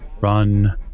run